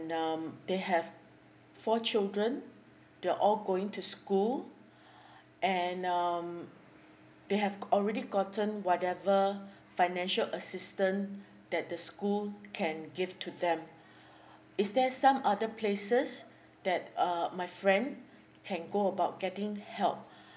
um they have four children they're all going to school and um they have already gotten whatever financial assistance that the school can give to them is there some other places that um my friend can go about getting help